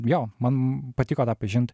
jo man patiko tą pažint